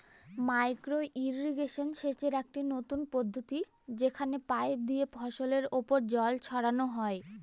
micro irrigation সেচের একটি নতুন পদ্ধতি যেখানে পাইপ দিয়ে ফসলের ওপর জল ছড়ানো হয়